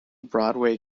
broadway